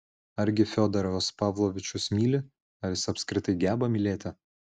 argi fiodoras pavlovičius myli ar jis apskritai geba mylėti